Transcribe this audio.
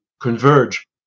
converge